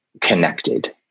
connected